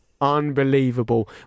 unbelievable